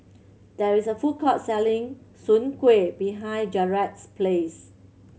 there is a food court selling Soon Kuih behind Jaret's Place